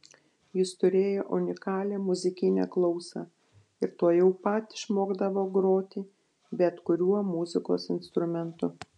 jis turėjo unikalią muzikinę klausą ir tuojau pat išmokdavo groti bet kuriuo muzikos instrumentu